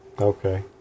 okay